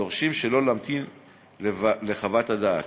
דורשים שלא להמתין לחוות הדעת.